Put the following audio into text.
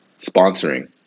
Sponsoring